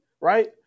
right